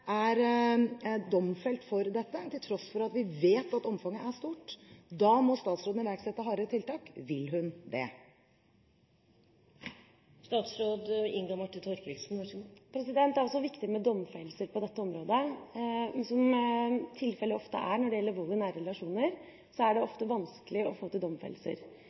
domfelt for dette, til tross for at vi vet at omfanget er stort – må statsråden iverksette hardere tiltak. Vil hun det? Det er også viktig med domfellelser på dette området. Men som tilfellet ofte er når det gjelder vold i nære relasjoner, er det vanskelig å få